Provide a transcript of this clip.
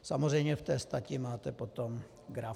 Samozřejmě v té stati máte potom graf.